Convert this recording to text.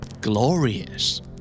Glorious